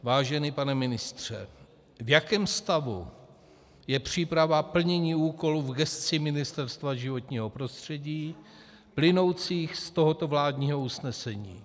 Vážený pane ministře, v jakém stavu je příprava plnění úkolů v gesci Ministerstva životního prostředí plynoucích z tohoto vládního usnesení?